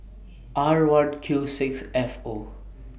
R one Q six F O